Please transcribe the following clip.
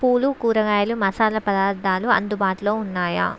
పూలు కూరగాయలు మసాలా పదార్థాలు అందుబాటులో ఉన్నాయా